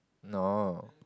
no